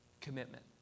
commitment